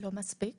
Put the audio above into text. לא מספיק